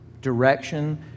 Direction